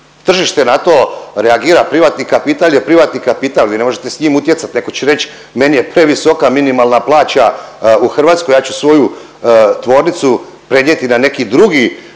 Tržište na to reagira, privatni kapital je privatni kapital. Vi ne možete s njim utjecat. Netko će reć meni je previsoka minimalna plaća u Hrvatskoj, ja ću svoju tvornicu prenijeti na neki drugi,